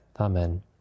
Amen